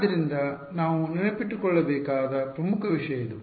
ಆದ್ದರಿಂದ ನಾವು ನೆನಪಿನಲ್ಲಿಟ್ಟುಕೊಳ್ಳಬೇಕಾದ ಪ್ರಮುಖ ವಿಷಯ ಇದು